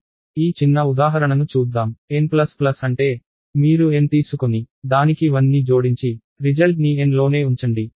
ఈ చిన్న ఉదాహరణను చూద్దాం n ప్లస్ ప్లస్ అంటే మీరు n తీసుకొని దానికి 1 ని జోడించి రిజల్ట్ ని n లోనే ఉంచండి